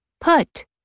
put